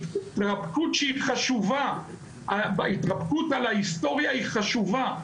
שההתרפקות על ההיסטוריה היא חשובה.